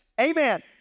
amen